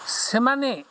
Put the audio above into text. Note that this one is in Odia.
ସେମାନେ